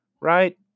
Right